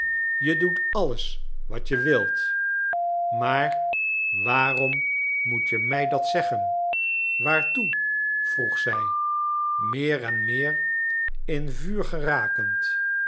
je doet alles wat je wilt maar waarom moet je mij dat zeggen waartoe vroeg zij meer en meer in vuur gerakend